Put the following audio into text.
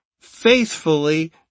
faithfully